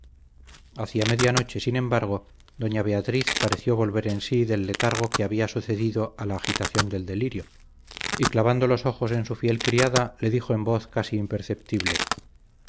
media noche sin embargo doña beatriz pareció volver en sí del letargo que había sucedido a la agitación del delirio y clavando los ojos en su fiel criada le dijo en voz casi imperceptible